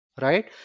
right